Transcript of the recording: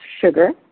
Sugar